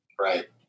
Right